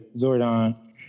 Zordon